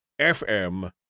FM